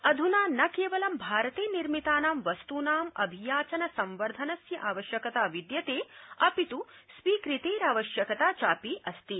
अध्ना न केवलं भारते निर्मितानां वस्तूनां अभियाचन संवर्धनस्य आवश्यकता विद्यते अपित् स्वीकृतेरावश्यकता अस्ति